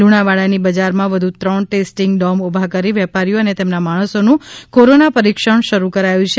લુણાવાડા ની બજાર માં વધી ત્રણ ટેસ્ટિંગ ડોમ ઊભા કરી વેપારીઓ અને તેમના માણસો નું કોરોના પરીક્ષણ શરૂ કરાયું છે